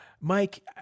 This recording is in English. Mike